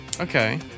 Okay